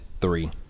three